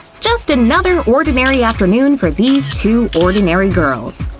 just another ordinary afternoon for these two ordinary girls.